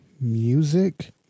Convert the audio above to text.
music